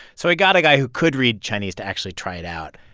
so he got a guy who could read chinese to actually try it out,